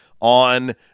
On